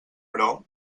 però